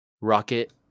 Rocket